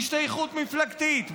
השתייכות מפלגתית,